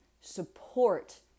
support